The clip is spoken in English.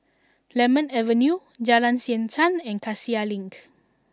Lemon Avenue Jalan Siantan and Cassia Link